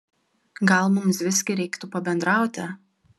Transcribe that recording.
gal mums visgi reiktų pabendrauti